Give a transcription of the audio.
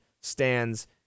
stands